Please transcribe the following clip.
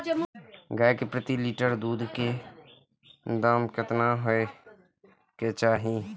गाय के प्रति लीटर दूध के दाम केतना होय के चाही?